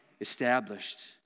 established